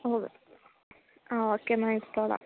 ഉവ്വ് ആ ഓക്കേ എന്നാൽ ഇട്ടോളാം